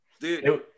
Dude